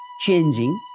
changing